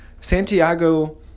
Santiago